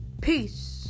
Peace